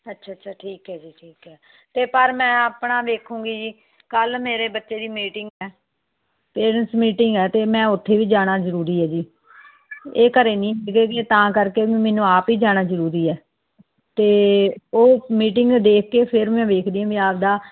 ਅੱਛਾ ਅੱਛਾ ਠੀਕ ਹੈ ਜੀ ਠੀਕ ਹੈ ਅਤੇ ਪਰ ਮੈਂ ਆਪਣਾ ਵੇਖੂੰਗੀ ਜੀ ਕੱਲ੍ਹ ਮੇਰੇ ਬੱਚੇ ਦੀ ਮੀਟਿੰਗ ਹੈ ਪੇਰੈਂਟਸ ਮੀਟਿੰਗ ਆ ਅਤੇ ਮੈਂ ਉੱਥੇ ਵੀ ਜਾਣਾ ਜ਼ਰੂਰੀ ਹੈ ਜੀ ਇਹ ਘਰ ਨਹੀਂ ਸੀਗੇ ਜੀ ਤਾਂ ਕਰਕੇ ਮੈਨੂੰ ਆਪ ਹੀ ਜਾਣਾ ਜ਼ਰੂਰੀ ਹੈ ਅਤੇ ਉਹ ਮੀਟਿੰਗ ਦੇਖ ਕੇ ਫਿਰ ਮੈਂ ਵੇਖਦੀ ਹਾਂ ਵੀ ਆਪਦਾ